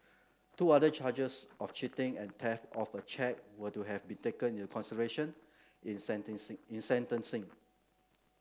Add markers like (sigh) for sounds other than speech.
two other charges of cheating and theft of a cheque were to have been taken into consideration in (unintelligible) in sentencing